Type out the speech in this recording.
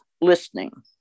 listening